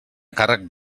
càrrec